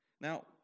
Now